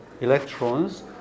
electrons